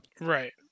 Right